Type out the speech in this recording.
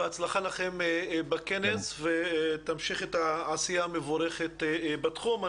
בהצלחה לכם בכנס ותמשיך את העשייה המבורכת בתחום.